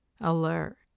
alert